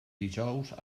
dijous